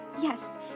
Yes